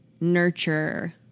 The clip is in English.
nurture